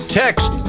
text